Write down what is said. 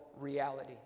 reality